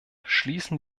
schließen